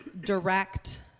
direct